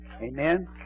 Amen